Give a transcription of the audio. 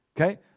Okay